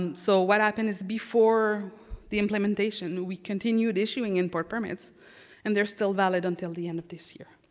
and so what happened is before the implementation, we continued issuing import permits and they're still valid until the end of this year.